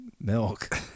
milk